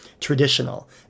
traditional